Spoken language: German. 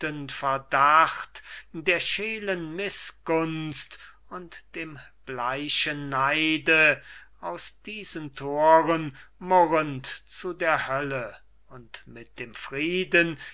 der schellen mißgunst und dem bleichen neide aus diesen thoren murrend zu der hölle und mit dem frieden